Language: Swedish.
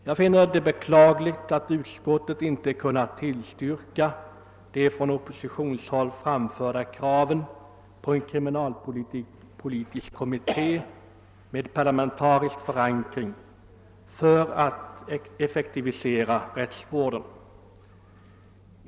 Jag finner det beklagligt att utskottet inte har kunnat tillstyrka de från oppositionshåll framförda kraven på en kriminalpolitisk kommitté med parlamentarisk förankring i syfte att effektivisera rättsvården.